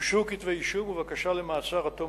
הוגשו כתבי-אישום ובקשה למעצר עד תום